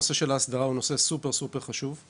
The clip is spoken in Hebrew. הנושא של ההסדרה הוא נושא חשוב מאוד.